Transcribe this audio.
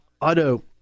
auto